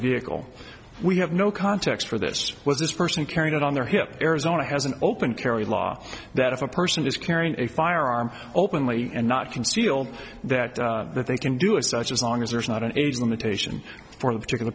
vehicle we have no context for this was this person carried out on their hip arizona has an open carry law that if a person is carrying a firearm openly and not conceal that that they can do it such as long as there is not an age limitations for the particular